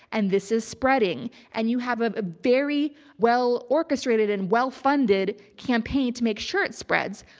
and this is spreading and you have a very well orchestrated and well funded campaign to make sure it spreads.